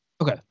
Okay